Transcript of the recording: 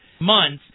months